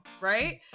right